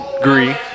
agree